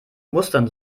mustern